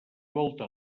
volta